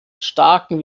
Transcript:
starken